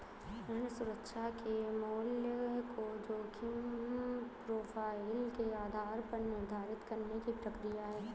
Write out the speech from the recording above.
ऋण सुरक्षा के मूल्य को जोखिम प्रोफ़ाइल के आधार पर निर्धारित करने की प्रक्रिया है